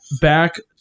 back